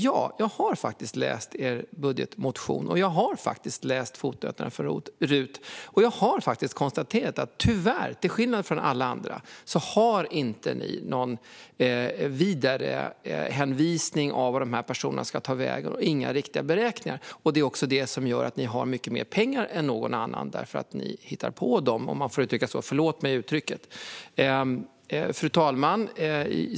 Ja, jag har faktiskt läst er budgetmotion, och jag har läst fotnoterna från RUT. Och jag har faktiskt konstaterat att ni till skillnad från alla andra tyvärr inte har någon vidarehänvisning när det gäller vart de här personerna ska ta vägen. Ni har inte heller några riktiga beräkningar. Det är också det som gör att ni har mycket mer pengar än någon annan: Ni hittar på dem - om man får använda det uttrycket. Förlåt, fru talman!